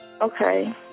Okay